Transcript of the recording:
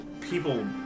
people